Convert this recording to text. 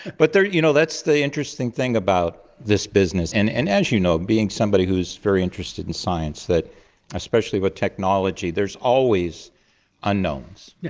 but you know that's the interesting thing about this business. and, and as you know, being somebody who is very interested in science, that especially with technology there's always unknowns, yeah